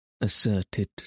asserted